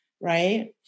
right